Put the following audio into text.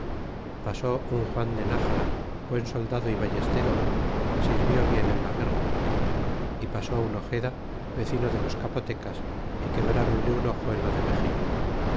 pasó un juan de nxara buen soldado y ballestero sirvió bien en la guerra y pasó un ojeda vecino de los capotecas y quebrronle un ojo en lo de méxico